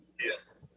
Yes